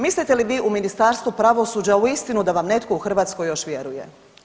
Mislite li vi u Ministarstvu pravosuđa uistinu da vam netko u Hrvatskoj još vjeruje?